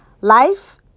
Life